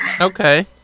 Okay